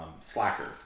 Slacker